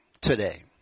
today